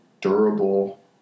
durable